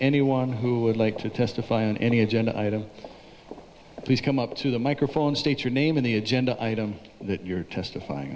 anyone who would like to testify on any agenda item he's come up to the microphone state your name in the agenda item that you're testifying